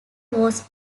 was